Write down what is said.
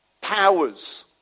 powers